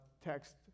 text